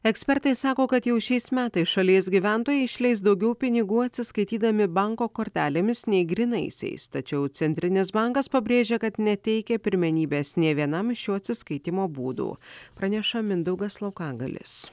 ekspertai sako kad jau šiais metais šalies gyventojai išleis daugiau pinigų atsiskaitydami banko kortelėmis nei grynaisiais tačiau centrinis bankas pabrėžia kad neteikia pirmenybės nė vienam iš šių atsiskaitymo būdų praneša mindaugas laukagalis